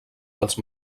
dels